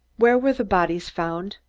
where were the bodies found?